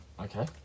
Okay